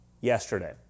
yesterday